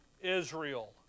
Israel